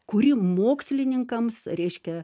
kuri mokslininkams reiškia